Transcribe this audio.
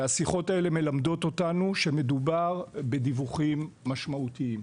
השיחות האלה מלמדות אותנו שמדובר בדיווחים משמעותיים.